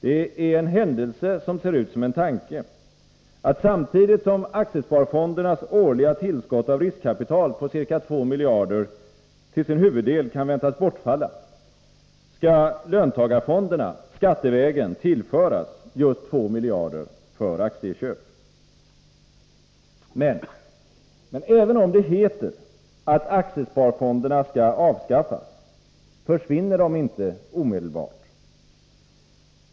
Det är en händelse som ser ut som en tanke, att samtidigt som aktiesparfondernas årliga tillskott av riskkapital på ca 2 miljarder till sin huvuddel kan väntas bortfalla, skall löntagarfonderna skattevägen tillföras just 2 miljarder för aktieköp. Men även om det heter att aktiesparfonderna skall avskaffas, försvinner de inte omedelbart.